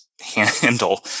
handle